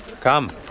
Come